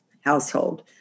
household